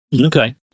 Okay